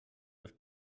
dos